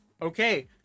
Okay